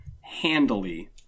handily